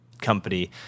company